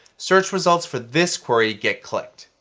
search results for this query get clicked.